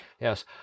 yes